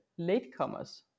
latecomers